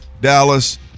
Dallas